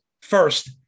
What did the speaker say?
first